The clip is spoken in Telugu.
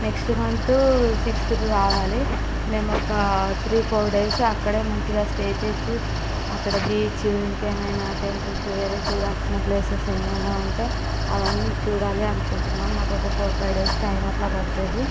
నెక్స్ట్ మంత్ సిక్స్త్కి రావాలి మేము ఒక త్రీ ఫోర్ డేస్ అక్కడే మంచిగా స్టే చేసి అక్కడ బీచ్ ఇంకేమైనా టెంపుల్స్ వేరే చూడాల్సిన ప్లేసెస్ ఏమైనా ఉంటే అవన్నీ చూడాలి అనుకుంటున్నాము మాకు ఒక ఫోర్ ఫైవ్ డేస్ టైం అలా పడుతుంది